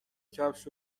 کفش